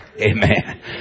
Amen